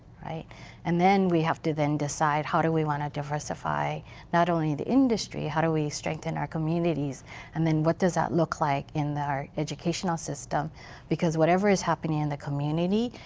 and then we have to then decide how do we want to diversify, not only the industry, how do we strengthen our communities and then what does that look like in our educational system because whatever is happening in the community,